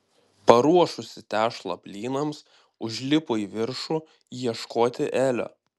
paruošusi tešlą blynams užlipo į viršų ieškoti elio